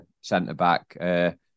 centre-back